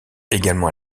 également